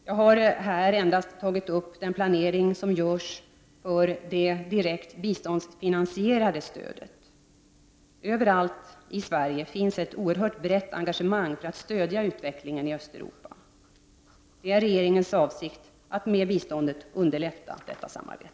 Jag har här endast tagit upp den planering som görs för det direkt biståndsfinansierade stödet. Överallt i Sverige finns ett oerhört brett engagemang för att stödja utvecklingen i Östeuropa. Det är regeringens avsikt att med biståndet underlätta detta samarbete.